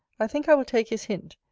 i think i will take his hint,